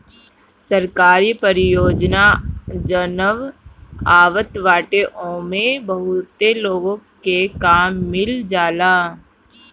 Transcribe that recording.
सरकारी परियोजना जवन आवत बाटे ओमे बहुते लोग के काम मिल जाला